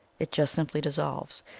it just simply dissolves,